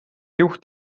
juht